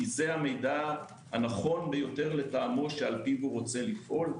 זה המידע הנכון ביותר לטעמו שלפיו הוא רוצה לפעול?